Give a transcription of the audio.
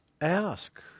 ask